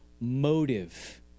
motive